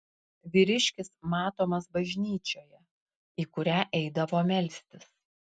vyriškis matomas bažnyčioje į kurią eidavo melstis